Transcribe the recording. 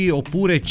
oppure